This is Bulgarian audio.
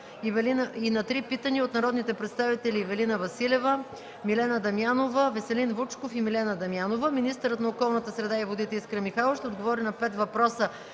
и на три питания от народните представители